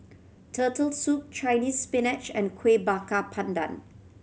Turtle Soup Chinese Spinach and Kuih Bakar Pandan